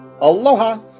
Aloha